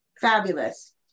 Fabulous